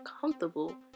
comfortable